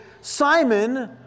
Simon